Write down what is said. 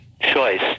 choice